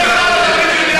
אתה לא תקרא לחברים,